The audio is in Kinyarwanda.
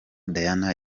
diana